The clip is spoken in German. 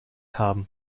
haben